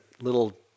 little